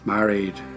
Married